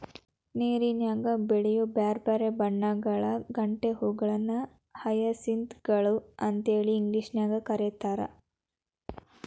ನೇರನ್ಯಾಗ ಬೆಳಿಯೋ ಬ್ಯಾರ್ಬ್ಯಾರೇ ಬಣ್ಣಗಳ ಗಂಟೆ ಹೂಗಳನ್ನ ಹಯಸಿಂತ್ ಗಳು ಅಂತೇಳಿ ಇಂಗ್ಲೇಷನ್ಯಾಗ್ ಕರೇತಾರ